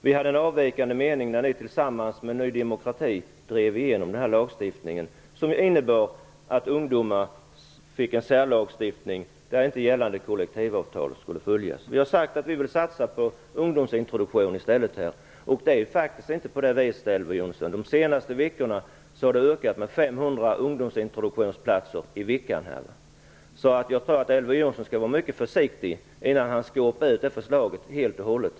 Vi hade en avvikande mening när ni tillsammans med Ny demokrati drev igenom den lagstiftning som innebar en särlagstiftning för ungdomar och att inte gällande kollektivavtal skulle följas. Vi har sagt att vi vill satsa på ungdomsintroduktion i stället. De senaste veckorna har det ökat med 500 ungdomsintroduktionsplatser i veckan. Jag tror att Elver Jonsson skall vara mycket försiktig innan han skåpar ut det förslaget helt och hållet.